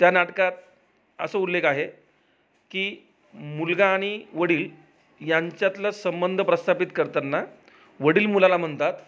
त्या नाटकात असं उल्लेख आहे की मुलगा आणि वडील यांच्यातलं संबंध प्रस्थापित करताना वडील मुलाला म्हणतात